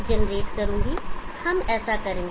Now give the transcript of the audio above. हम ऐसा करेंगे